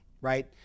right